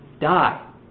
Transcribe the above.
die